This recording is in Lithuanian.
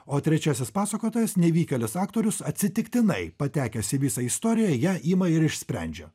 o trečiasis pasakotojas nevykėlis aktorius atsitiktinai patekęs į visą istoriją ją ima ir išsprendžia